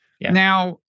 Now